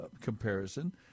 comparison